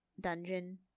dungeon